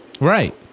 Right